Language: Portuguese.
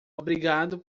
obrigado